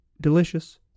delicious